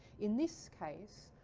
in this case,